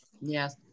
Yes